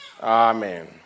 Amen